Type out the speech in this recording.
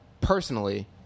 personally